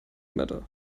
matter